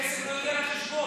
כסף לא הגיע לחשבון.